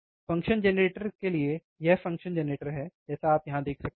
function generator के लिए यह फ़ंक्शन जेनरेटर है जैसे आप यहां देख सकते हैं